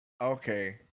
okay